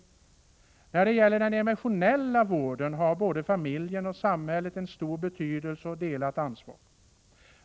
När det gäller den emotionella vården har både familjen och samhället en stor betydelse och delat ansvar...